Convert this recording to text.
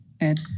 Ed